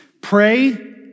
Pray